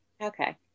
okay